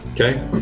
okay